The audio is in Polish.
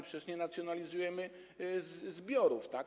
Przecież nie nacjonalizujemy zbiorów, tak?